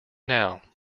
now